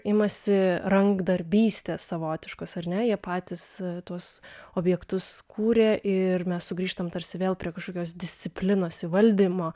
imasi rankdarbystės savotiškos ar ne jie patys tuos objektus kūrė ir mes sugrįžtam tarsi vėl prie kažkokios disciplinos įvaldymo